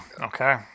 Okay